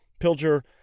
Pilger